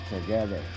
together